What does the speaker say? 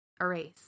Erase